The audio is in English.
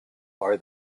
are